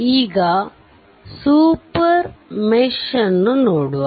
ಈಗ super mesh ಅನ್ನು ನೋಡುವ